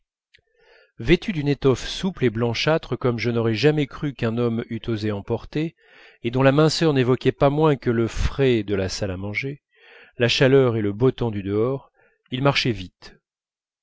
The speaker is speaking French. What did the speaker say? vêtu d'une étoffe souple et blanchâtre comme je n'aurais jamais cru qu'un homme eût osé en porter et dont la minceur n'évoquait pas moins que le frais de la salle à manger la chaleur et le beau temps du dehors il marchait vite